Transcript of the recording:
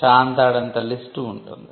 చాంతాడంత list ఉంటుంది